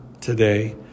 today